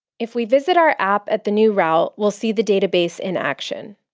if we visit our app at the new route, we'll see the database in action.